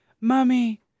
Mummy